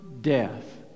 death